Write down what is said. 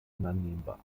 unannehmbar